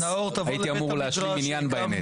הייתי אמור להשלים מניין בהנץ.